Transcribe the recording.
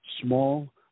small